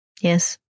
Yes